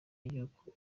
yuko